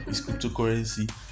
cryptocurrency